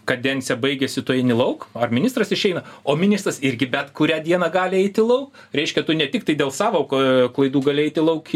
kadencija baigiasi tu eini lauk ar ministras išeina o ministras irgi bet kurią dieną gali eiti lauk reiškia tu ne tiktai dėl savo klaidų gali eiti lauk